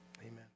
Amen